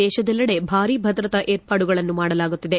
ದೇಶದೆಲ್ಲೆಡೆ ಭಾರೀ ಭದ್ರತಾ ವಿರ್ಪಾಡುಗಳನ್ನು ಮಾಡಲಾಗುತ್ತಿದೆ